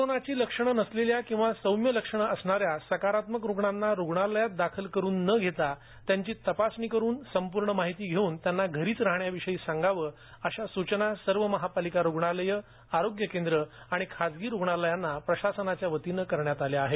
करोनाची लक्षणे नसलेल्यांना किंवा सौम्य लक्षणे असणाऱ्या पॉसिटीव्ह रुग्णांना रुग्णालयात दाखल करून न घेता त्यांची तपासणी करून संपूर्ण माहिती घेऊन त्यांना घरीच राहण्या विषयी सांगावे अशा सूचना सर्व महापालिका रुग्णालये आरोग्य केंद्रे आणि खासगी रुग्णालयांनाही प्रशासनातर्फे करण्यात आल्या आहेत